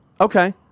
okay